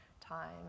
time